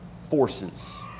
forces